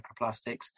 microplastics